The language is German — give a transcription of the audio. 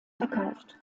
verkauft